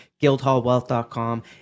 guildhallwealth.com